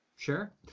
Sure